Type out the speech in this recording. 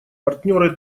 партнеры